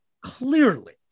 clearly